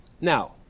Now